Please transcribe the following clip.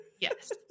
Yes